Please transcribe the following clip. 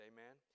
Amen